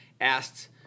asked